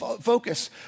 focus